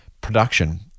production